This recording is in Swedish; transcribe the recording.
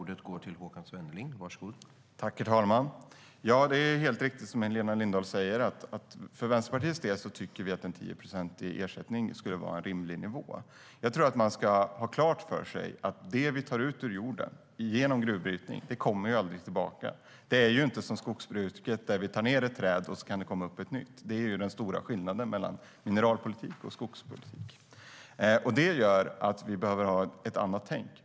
Herr ålderspresident! Det är helt riktigt som Helena Lindahl säger; Vänsterpartiet tycker att en 10-procentig ersättning vore en rimlig nivå. Jag tror att man ska ha klart för sig att det vi tar upp ur jorden genom gruvbrytning aldrig kommer tillbaka. Det är ju inte som skogsbruket där vi tar ned ett träd, och så kan det komma upp ett nytt. Det är den stora skillnaden mellan mineralpolitik och skogspolitik. Vi behöver ha ett annat tänk.